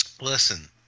Listen